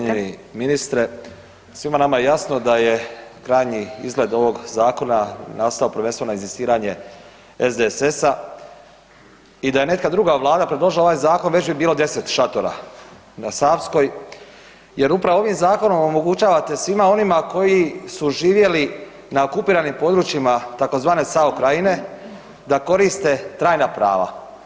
Cijenjeni ministre, svima nama je jasno da je krajnji izgled ovog zakona nastao prvenstveno na inzistiranje SDSS-a i da je neka druga vlada predložila ovaj zakon već bi bilo 10 šatora na Savskoj jer upravo ovim zakonom omogućavate svima onima koji su živjeli na okupiranim područjima tzv. SAO Krajine da koriste trajna prava.